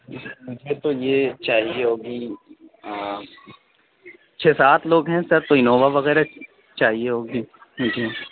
مجھے تو یہ چاہیے ہوگی چھ سات لوگ ہیں سر تو انووا وغیرہ چاہیے ہوگی